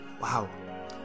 Wow